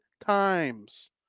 times